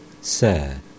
sir